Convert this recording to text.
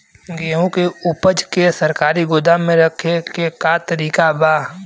गेहूँ के ऊपज के सरकारी गोदाम मे रखे के का तरीका बा?